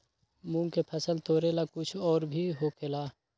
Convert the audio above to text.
मूंग के फसल तोरेला कुछ और भी होखेला?